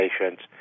patients